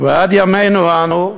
ועד ימינו שלנו,